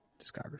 Discography